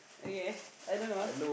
okay I don't know